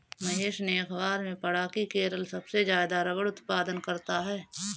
महेश ने अखबार में पढ़ा की केरल सबसे ज्यादा रबड़ उत्पादन करता है